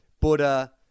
Buddha